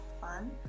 fun